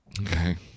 Okay